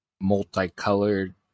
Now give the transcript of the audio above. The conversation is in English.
multicolored